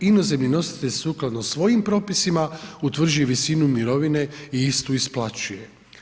Inozemni nositelj sukladno svojim propisima utvrđuje visinu mirovine i istu isplaćuje.